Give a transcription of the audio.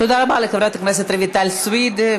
תודה רבה לחברת הכנסת רויטל סויד.